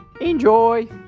enjoy